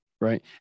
Right